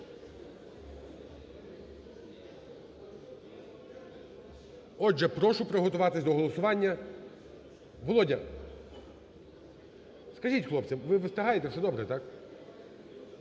Отже, прошу приготуватись до голосування. Володя, скажіть хлопцям, ми встигаєте, все добре, так?